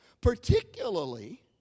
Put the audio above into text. particularly